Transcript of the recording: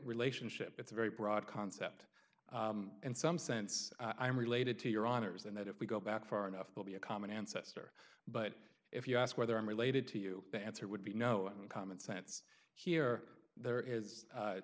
relationship it's a very broad concept in some sense i'm related to your honor's and that if we go back far enough they'll be a common ancestor but if you ask whether i'm related to you the answer would be no common sense here there is